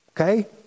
Okay